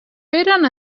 feren